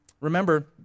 Remember